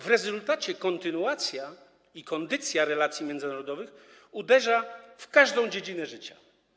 W rezultacie kontynuacja i kondycja relacji międzynarodowych uderza w każdą dziedzinę życia.